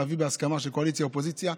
להביא בהסכמה של קואליציה-אופוזיציה.